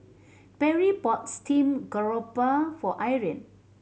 Perri bought steamed garoupa for Irene